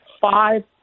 Five